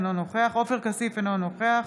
אינו נוכח עופר כסיף, אינו נוכח